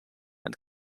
and